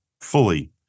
fully